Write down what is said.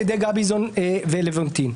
על-ידי גביזון ולבונטין.